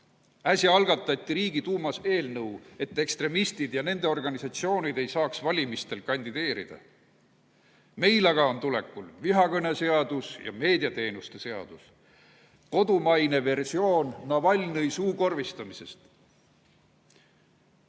Äsja algatati Riigiduumas eelnõu, et ekstremistid ja nende organisatsioonid ei saaks valimistel kandideerida. Meil aga on tulekul vihakõneseadus ja meediateenuste seadus, kodumaine versioon Navalnõi suukorvistamisest.